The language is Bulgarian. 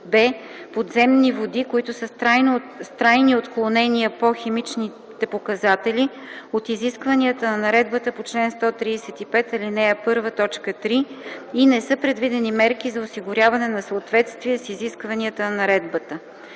б) подземни води, които са с трайни отклонения по химичните показатели от изискванията на наредбата по чл. 135, ал. 1, т. 3 и не са предвидени мерки за осигуряване на съответствие с изискванията на наредбата.”